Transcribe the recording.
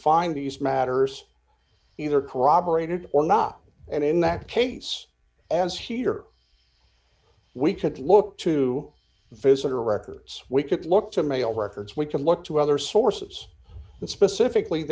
find these matters either corroborated or not and in that case as heater we could look to visitor records we could look to mail records we can look to other sources and specifically